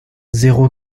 zéro